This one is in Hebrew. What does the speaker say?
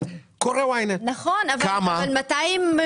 קורא YNET. נכון אבל --- כמה קוראים?